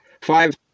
five